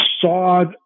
sawed